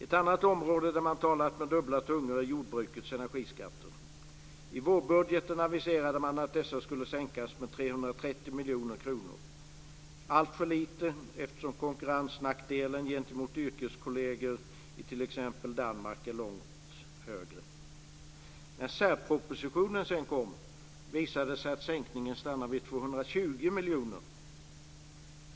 Ett annat område där man har talat med dubbla tungor är jordbrukets energiskatter. I vårbudgeten aviserade man att dessa skulle sänkas med 330 miljoner. Det är alltför lite, eftersom konkurrensnackdelen gentemot yrkeskolleger i t.ex. Danmark är långt högre. När särpropositionen kom visade det sig att sänkningen stannade vid 220 miljoner kronor.